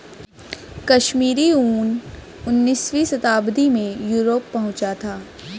कश्मीरी ऊन उनीसवीं शताब्दी में यूरोप पहुंचा था